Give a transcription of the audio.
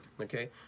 okay